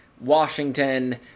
Washington